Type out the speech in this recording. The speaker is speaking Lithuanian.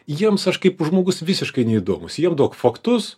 jiems aš kaip žmogus visiškai neįdomūs jiem duok faktus